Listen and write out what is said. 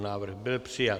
Návrh byl přijat.